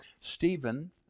Stephen